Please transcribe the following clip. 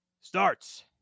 starts